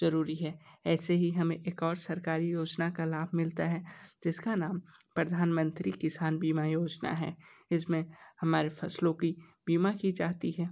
ज़रूरी है ऐसे ही हमें एक और सरकारी योजना का लाभ मिलता है जिस का नाम प्रधान मंत्री किसान बीमा योजना है इस में हमारी फ़सलों की बीमा की जाती है